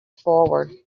forward